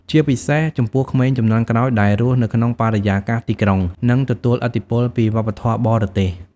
ជាពិសេស ចំពោះក្មេងជំនាន់ក្រោយដែលរស់នៅក្នុងបរិយាកាសទីក្រុង និងទទួលឥទ្ធិពលពីវប្បធម៌បរទេស។